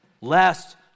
lest